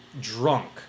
drunk